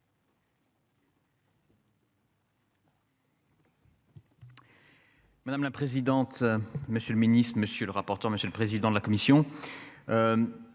Madame la présidente, monsieur le ministre, monsieur le rapporteur. Monsieur le président de la commission.